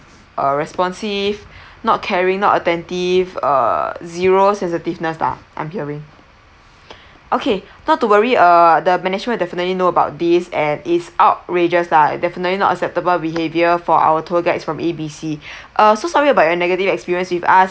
uh responsive not caring not attentive uh zero sensitiveness lah I'm hearing okay not to worry err the management will definitely know about this and it's outrageous lah definitely not acceptable behaviour for our tour guides from A B C uh so sorry about your negative experience with us